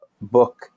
book